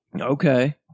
Okay